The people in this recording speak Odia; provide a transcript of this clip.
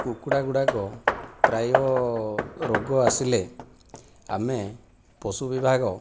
କୁକୁଡ଼ା ଗୁଡ଼ାକ ପ୍ରାୟ ରୋଗ ଆସିଲେ ଆମେ ପଶୁ ବିଭାଗ